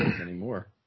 anymore